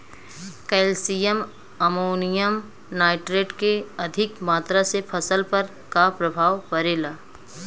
Calcium ammonium nitrate के अधिक मात्रा से फसल पर का प्रभाव परेला?